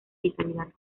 vitalidad